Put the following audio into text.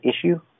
issue